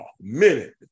minute